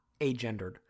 agendered